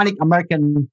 American